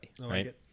Right